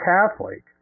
Catholic